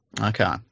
Okay